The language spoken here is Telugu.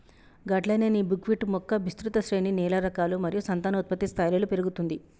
గట్లనే నీ బుక్విట్ మొక్క విస్తృత శ్రేణి నేల రకాలు మరియు సంతానోత్పత్తి స్థాయిలలో పెరుగుతుంది